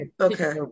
okay